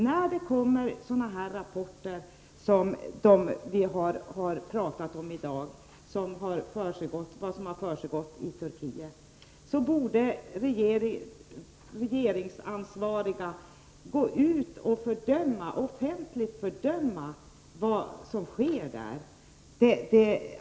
När det kommer sådana rapporter som vi har talat om i dag om vad som försiggått i Turkiet, så borde regeringsansvariga gå ut och offentligt fördöma vad som sker.